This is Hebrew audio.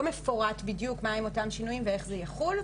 מפורט בדיוק מה הם השינויים המחויבים ואיך זה יחול.